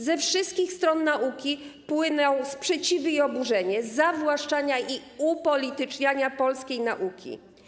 Ze wszystkich stron nauki płyną sprzeciwy i oburzenie z powodu zawłaszczania i upolityczniania polskiej nauki.